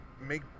make